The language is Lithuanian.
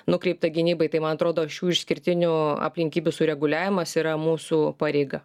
nukreipta gynybai tai man atrodo šių išskirtinių aplinkybių sureguliavimas yra mūsų pareiga